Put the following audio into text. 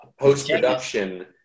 post-production